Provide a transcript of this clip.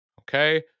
Okay